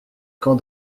camp